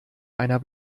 einer